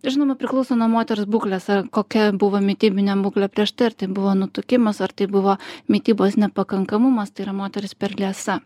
žinoma priklauso nuo moters būklės kokia buvo mitybinė būklė prieš tai ar tai buvo nutukimas ar tai buvo mitybos nepakankamumas tai yra moteris per liesa